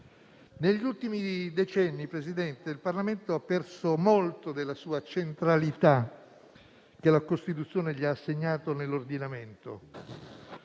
Negli ultimi decenni, signor Presidente, il Parlamento ha perso molta della centralità che la Costituzione gli ha assegnato nell'ordinamento,